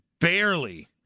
barely